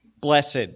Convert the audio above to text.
blessed